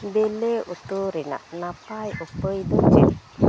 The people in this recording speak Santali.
ᱵᱮᱞᱮ ᱩᱛᱩ ᱨᱮᱱᱟᱜ ᱱᱟᱯᱟᱭ ᱩᱯᱟᱹᱭᱫᱚ ᱪᱮᱫ